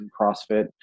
CrossFit